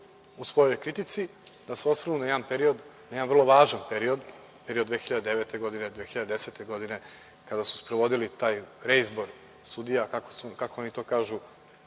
u svojoj kritici da se osvrnu na jedan period, na jedan vrlo važan period, period 2009, 2010. godine, kada su sprovodili taj reizbor sudija, kako oni to kažu